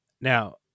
Now